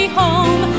home